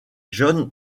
john